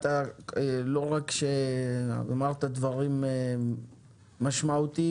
לא רק שאמרת דברים משמעותיים,